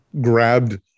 grabbed